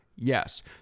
Yes